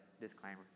Disclaimer